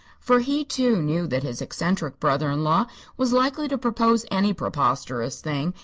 for he, too, knew that his eccentric brother-in-law was likely to propose any preposterous thing,